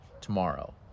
tomorrow